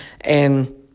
and-